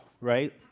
right